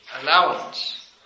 allowance